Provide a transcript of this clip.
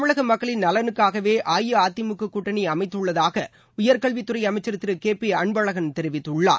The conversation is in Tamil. தமிழக மக்களின் நலனுக்காகவே அஇஅதிமுக கூட்டணி அமைத்துள்ளதாக உயர்கல்வித்துறை அமைச்சர் திரு கே பி அன்பழகன் தெரிவித்துள்ளார்